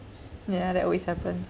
ya that always happens